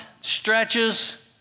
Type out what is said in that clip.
stretches